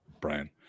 Brian